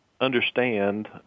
understand